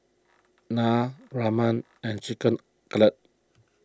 Naan Ramen and Chicken Cutlet